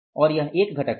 और यह एक घटक है